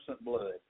blood